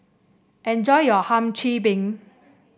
enjoy your Hum Chim Peng